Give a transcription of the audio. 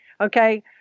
okay